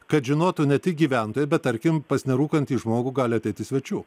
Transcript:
kad žinotų ne tik gyventojai bet tarkim pas nerūkantį žmogų gali ateiti svečių